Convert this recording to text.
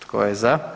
Tko je za?